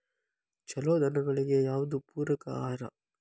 ಛಲೋ ದನಗಳಿಗೆ ಯಾವ್ದು ಪೂರಕ ಆಹಾರ?